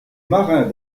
marins